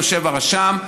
יושב הרשם.